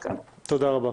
תודה רבה.